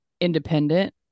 independent